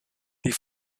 die